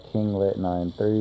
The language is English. KingLit93